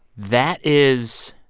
that is